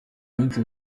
minsi